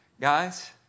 Guys